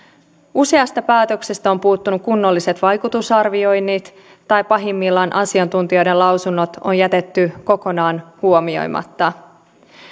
useasta päätöksestä ovat puuttuneet kunnolliset vaikutusarvioinnit tai pahimmillaan asiantuntijoiden lausunnot on jätetty kokonaan huomioimatta